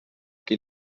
qui